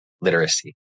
literacy